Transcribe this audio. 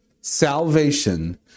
salvation